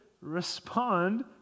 respond